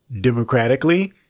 democratically